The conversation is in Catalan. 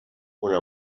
una